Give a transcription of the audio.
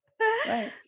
Right